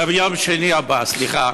ביום שני הבא, סליחה.